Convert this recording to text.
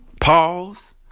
Pause